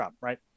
right